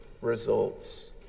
results